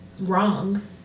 wrong